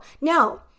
now